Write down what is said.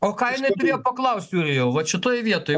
o ką jinai turėjo paklaust jurijau vat šitoj vietoj